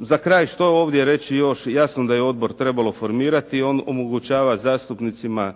Za kraj što ovdje reći još? Jasno da je odbor trebalo formirati. On omogućava zastupnicima